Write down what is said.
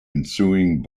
ensuing